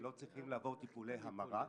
הם לא צריכים לעבור טיפולי המרה,